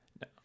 No